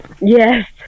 yes